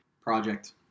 project